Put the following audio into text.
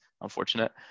unfortunate